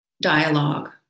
dialogue